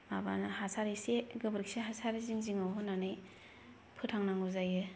माबाना हासार इसे गोबोरखि हासार जिं जिंआव होनानै फोथांनांगौ जायो